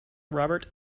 robert